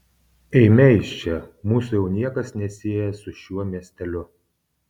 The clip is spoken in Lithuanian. eime iš čia mūsų jau niekas nesieja su šiuo miesteliu